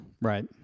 Right